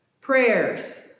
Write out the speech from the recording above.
prayers